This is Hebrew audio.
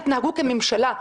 תתנהגו כממשלה.